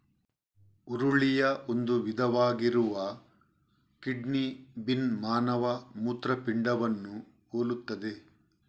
ಹುರುಳಿಯ ಒಂದು ವಿಧವಾಗಿರುವ kidney bean ಮಾನವ ಮೂತ್ರಪಿಂಡವನ್ನು ಹೋಲುತ್ತದೆ